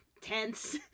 tense